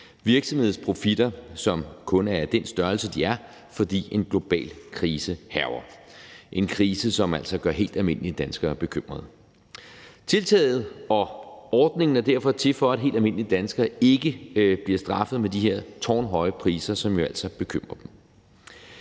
virksomhedsprofitter, der kun er i den størrelse, de er, fordi en global krise hærger, en krise, som altså gør helt almindelige danskere bekymrede. Tiltaget og ordningen er derfor til for, at helt almindelige danskere ikke bliver straffet med de her tårnhøje priser, som jo altså bekymrer dem.